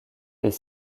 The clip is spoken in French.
est